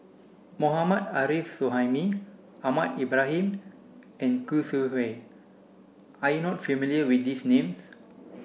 Mohammad Arif Suhaimi Ahmad Ibrahim and Khoo Sui Hoe are you not familiar with these names